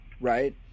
right